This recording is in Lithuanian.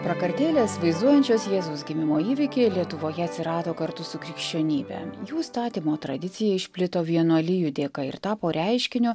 prakartėlės vaizduojančios jėzaus gimimo įvykį lietuvoje atsirado kartu su krikščionybe jų statymo tradicija išplito vienuolijų dėka ir tapo reiškiniu